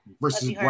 versus